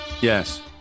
Yes